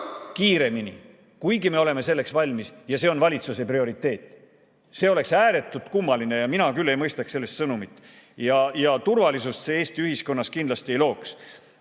kiiremini, kuigi me oleme selleks valmis ja see on valitsuse prioriteet. See oleks ääretult kummaline ja mina küll ei mõistaks sellist sõnumit. Turvalisust see Eesti ühiskonnas kindlasti ei looks.